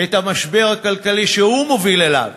את המשבר הכלכלי שהוא מוביל אליו.